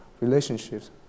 relationships